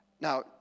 Now